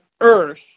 earth